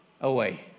away